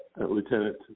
Lieutenant